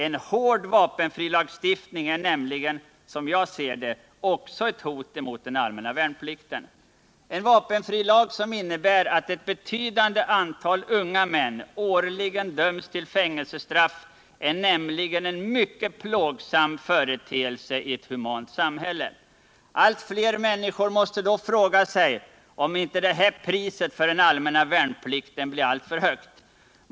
En hård vapenfrilagstiftning är nämligen, som jag ser det, också ett hot mot den allmänna värnplikten. En vapenfrilag, som innebär att ett betydande antal unga män årligen döms till fängelsestraff, är nämligen en mycket plågsam företeelse i ett humant samhälle. Allt fler människor måste då fråga sig om inte detta pris för den allmänna värnplikten blir alltför högt.